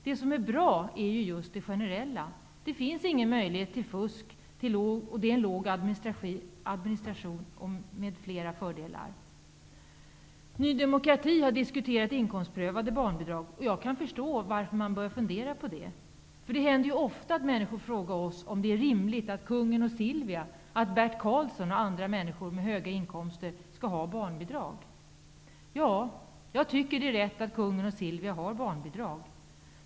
Det som är bra är just det generella -- det finns ingen möjlig het till fusk, man har låga administrationskostna der m.fl. fördelar. Nyd har diskuterat inkomst prövade barnbidrag, och jag kan förstå varför man börjar fundera på det. Det händer ofta att människor frågar oss om det är rimligt att kungen och Silvia, Bert Karlsson och andra med höga in komster skall ha barnbidrag. Ja, jag tycker att det är rätt att kungen och Sil via får barnbidrag.